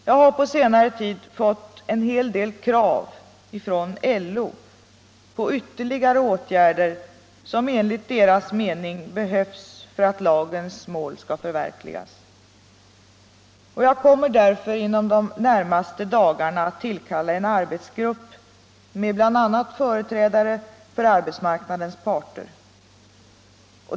Jag har på senare tid fått en hel del krav från LO på ytterligare åtgärder som enligt LO:s mening behövs för att lagens mål skall förverkligas. Jag kommer därför inom de närmaste dagarna att tillkalla en arbetsgrupp med bl.a. företrädare för arbetsmarknadens parter.